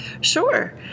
Sure